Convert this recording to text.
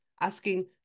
asking